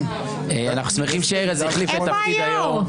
איפה היו"ר?